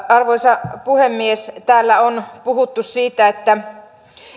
arvoisa puhemies täällä on puhuttu siitä että